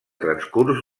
transcurs